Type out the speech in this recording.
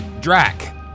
Drac